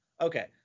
Okay